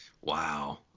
wow